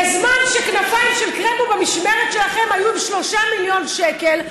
בזמן המשמרת שלכם לכנפיים של קרמבו היו שלושה מיליון שקל,